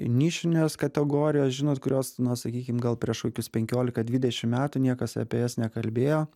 nišinės kategorijos žinot kurios na sakykim gal prieš kokius penkiolika dvidešim metų niekas apie jas nekalbėjo